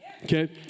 Okay